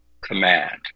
command